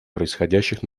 происходящих